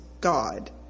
God